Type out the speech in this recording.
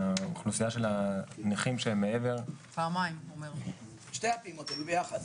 האוכלוסייה של הנכים שהם מעבר ---- שתי הפעימות היו ביחד.